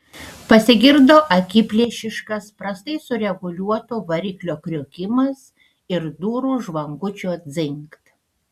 pasigirdo akiplėšiškas prastai sureguliuoto variklio kriokimas ir durų žvangučio dzingt